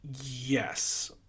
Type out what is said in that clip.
Yes